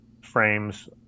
frames